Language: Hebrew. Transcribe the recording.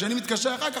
כשאני מתקשר אחר כך,